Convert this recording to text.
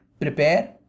prepare